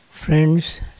Friends